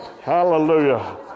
hallelujah